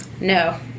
No